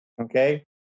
okay